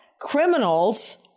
Criminals